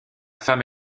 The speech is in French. femme